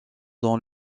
dans